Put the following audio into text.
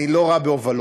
אני לא רע בהובלות.